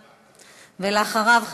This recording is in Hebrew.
ואחריו,